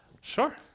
Sure